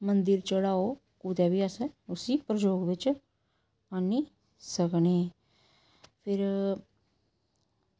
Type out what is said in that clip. मंदिर चढ़ाओ कुतै बी अस उसी प्रजोग बिच्च आह्नी सकनें फिर